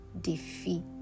defeat